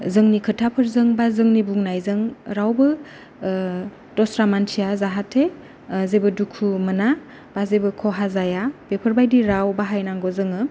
जोंनि खोथाफोरजों बा जोंनि बुंनायजों रावबो दस्रा मानसिया जाहाते जेबो दुखु मोना जेबो खहा जाया बेफोर बादि राव बाहायनांगौ जोङो